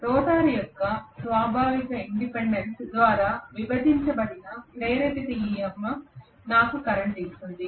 rotor యొక్క స్వాభావిక impedance ద్వారా విభజించబడిన ప్రేరేపిత EMF నాకు కరెంట్ ఇస్తుంది